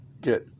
get